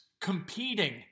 competing